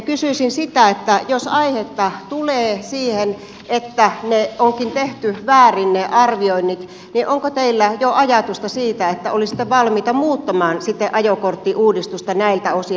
kysyisin sitä että jos tulee aihetta epäillä että ne arvioinnit onkin tehty väärin niin onko teillä jo ajatusta siitä että olisitte valmiita muuttamaan sitten ajokorttiuudistusta näiltä osin